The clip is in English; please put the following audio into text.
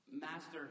Master